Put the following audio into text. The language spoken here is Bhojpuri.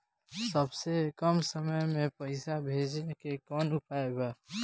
सबसे कम समय मे पैसा भेजे के कौन उपाय बा?